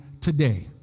today